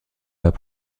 pas